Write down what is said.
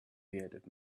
bearded